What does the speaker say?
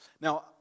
Now